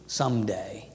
someday